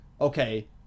okay